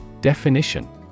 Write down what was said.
Definition